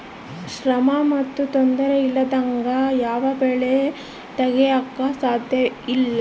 ಶ್ರಮ ಮತ್ತು ತೊಂದರೆ ಇಲ್ಲದಂಗೆ ಯಾವ ಬೆಳೆ ತೆಗೆಯಾಕೂ ಸಾಧ್ಯಇಲ್ಲ